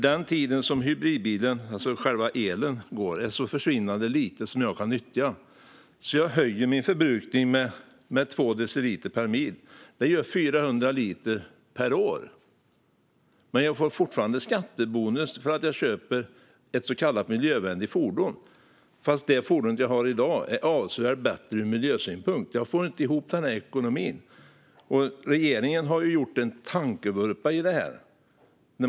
Den tid som hybridbilen går på el är nämligen så försvinnande liten att jag höjer min förbrukning med 2 deciliter per mil. Det blir 400 liter per år. Men jag får fortfarande skattebonus för att jag köper ett så kallat miljövänligt fordon, även om fordonet jag har i dag är avsevärt bättre ur miljösynpunkt. Jag får inte ihop den ekonomin. Regeringen har gjort en tankevurpa här.